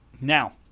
Now